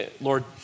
Lord